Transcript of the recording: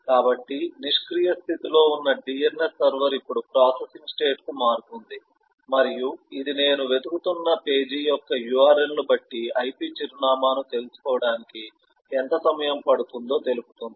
కాబట్టి నిష్క్రియ స్థితిలో ఉన్న DNS సర్వర్ ఇప్పుడు ప్రాసెసింగ్ స్టేట్ కు మారుతుంది మరియు ఇది నేను వెతుకుతున్న పేజీ యొక్క URL ను బట్టి IP చిరునామాను తెలుసుకోవడానికి ఎంత సమయం పడుతుందో తెలుపుతుంది